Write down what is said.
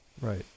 Right